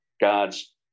God's